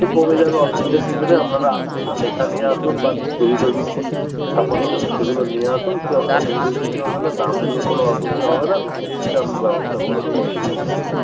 সে কমে যাবে অসুবিধার কিছু নেই আপনারা আসুন না লেখা নিয়ে আসুন বা ছবি টবি কি ছাপানো হবে সেগুলো নিয়ে আসুন সে অসুবিধার কিছু হবে না দাম নিয়ে কোনো অসুবিধা হবে না সে আমি ব্যবস্থা করে দেবো অসুবিধা কিছু নেই